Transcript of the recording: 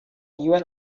even